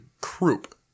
croup